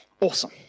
Awesome